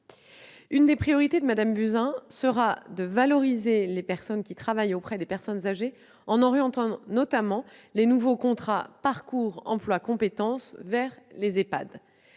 L'une des priorités de Mme Buzyn sera de valoriser les personnes qui travaillent auprès des personnes âgées, notamment en orientant les nouveaux contrats parcours emploi compétences vers les EHPAD.